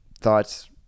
Thoughts